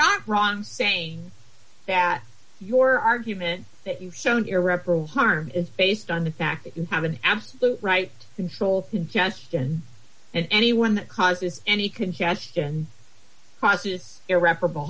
not wrong saying that your argument that you've shown irreparable harm is based on the fact that you have an absolute right to control ingestion and anyone that causes any congestion facias irreparable